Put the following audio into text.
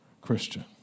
Christian